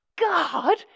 God